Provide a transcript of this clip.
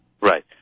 Right